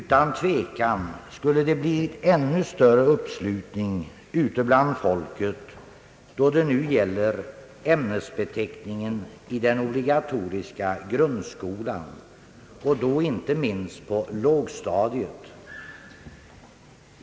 Utan tvekan skulle det bli ännu större uppslutning ute bland folket, när det nu gäller ämnesbeteckningen i den obligatoriska grundskolan — och då inte minst på lågstadiet.